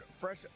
fresh